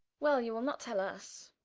well, you will not tell us?